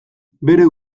bere